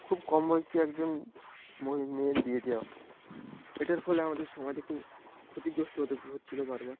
খুব কম বয়সি একজন মেয়ের বিয়ে দেওয়া এটার ফলে আমাদের সমাজে খুব ক্ষতিগ্রস্থ হচ্ছিল বারবার